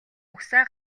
угсаа